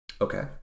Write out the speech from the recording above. Okay